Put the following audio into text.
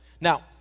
Now